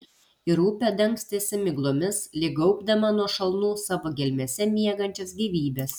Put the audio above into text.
ir upė dangstėsi miglomis lyg gaubdama nuo šalnų savo gelmėse miegančias gyvybes